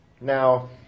Now